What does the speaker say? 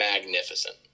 magnificent